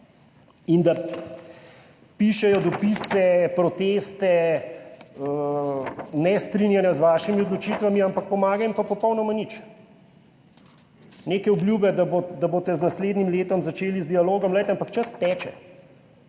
in da pišejo dopise, proteste, nestrinjanja z vašimi odločitvami, ampak pomaga jim pa popolnoma nič. Neke obljube, da boste z naslednjim letom začeli z dialogom, glejte, ampak čas teče,